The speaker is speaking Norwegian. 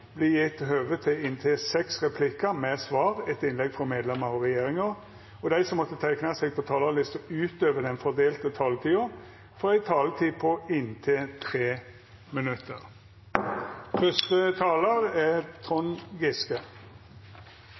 høve til inntil fem replikkar med svar etter innlegg frå medlemer av regjeringa, og dei som måtte teikna seg på talarlista utover den fordelte taletida, får også ei taletid på inntil